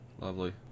Lovely